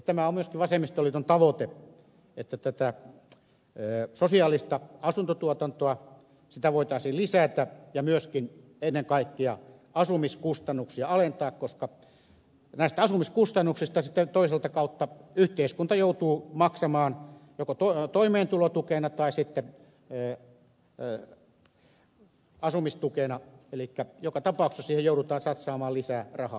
tämä on myöskin vasemmistoliiton tavoite että sosiaalista asuntotuotantoa voitaisiin lisätä ja ennen kaikkea myöskin asumiskustannuksia alentaa koska asumiskustannuksista toista kautta yhteiskunta joutuu maksamaan joko toimeentulotukena tai asumistukena elikkä joka tapauksessa siihen joudutaan satsaamaan lisää rahaa